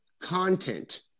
content